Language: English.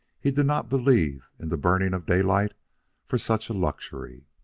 he did not believe in the burning of daylight for such a luxury.